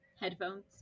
Headphones